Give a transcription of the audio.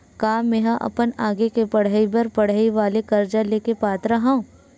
का मेंहा अपन आगे के पढई बर पढई वाले कर्जा ले के पात्र हव?